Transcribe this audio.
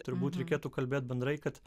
turbūt reikėtų kalbėt bendrai kad